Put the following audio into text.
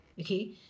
Okay